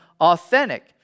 authentic